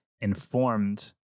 informed